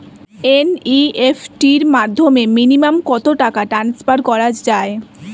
NEFT র মাধ্যমে minimum কত টাকা ট্রান্সফার করা যায়?